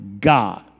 God